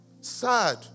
Sad